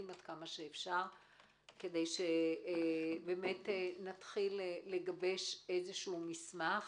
עד כמה שאפשר כדי שנתחיל לגבש מסמך.